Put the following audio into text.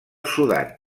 sudan